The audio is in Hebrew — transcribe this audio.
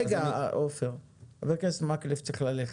חבר הכנסת מקלב צריך ללכת.